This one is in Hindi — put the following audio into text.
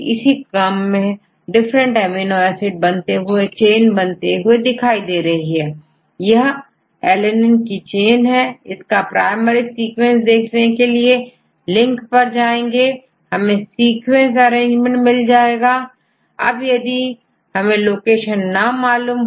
इस तरह हमें सारी इनफार्मेशन प्राप्त हो जा रही है अब ALANINEकी चेन है इसका प्राइमरी सीक्वेंस देखने के लिए लिंक पर जाएंगे हमें सीक्वेंस अरेंजमेंट मिल जाएगा अब यदि हमें लोकेशन ना मालूम हो